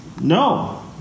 no